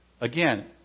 again